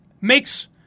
makes